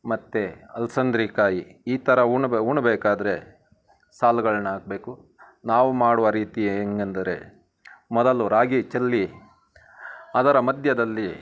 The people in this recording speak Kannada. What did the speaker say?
ಮತ್ತು ಅಲ್ಸಂದಿ ಕಾಯಿ ಈ ಥರ ಉಳು ಉಳ್ಬೇಕಾದ್ರೆ ಸಾಲುಗಳನ್ನ ಹಾಕ್ಬೇಕು ನಾವು ಮಾಡುವ ರೀತಿಯೇ ಹೆಂಗಂದರೆ ಮೊದಲು ರಾಗಿ ಚೆಲ್ಲಿ ಅದರ ಮಧ್ಯದಲ್ಲಿ